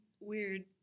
weird